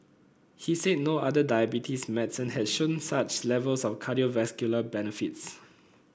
he said no other diabetes medicine had shown such levels of cardiovascular benefits